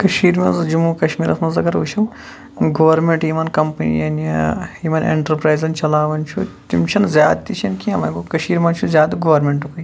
کٔشیٖرِ مَنٛز جموں کَشمیٖرَس مَنٛز اَگَر وٕچھو گورمینٹ یِمَن کَمپَنِیَن یِمَن ایٚنٹرپرایزَن چَلاوان چھِ تِم چھِنہٕ زیادٕ تہِ چھِنہٕ کینٛہہ وۄنۍ گوٚو کٔشیٖرِ مَنٛز چھُ زیادٕ گارمینٛٹکُے